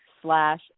slash